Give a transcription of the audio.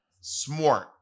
Smart